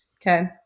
Okay